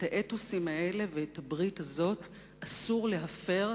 את האתוסים האלה ואת הברית הזאת אסור להפר,